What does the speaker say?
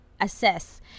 assess